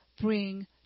bring